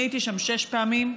אני הייתי שם שש פעמים,